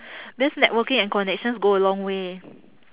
this networking and connections go a long way